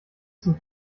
zum